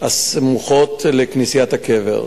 הסמטאות הסמוכות לכנסיית הקבר,